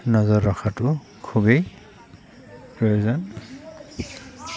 নজৰ ৰখাটো খুবেই প্ৰয়োজন